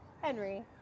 henry